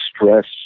stress